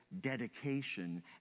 dedication